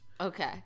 Okay